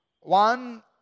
one